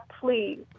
please